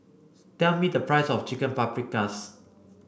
tell me the price of Chicken Paprikas